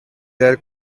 their